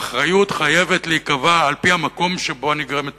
האחריות חייבת להיקבע על-פי המקום שבו נגרמת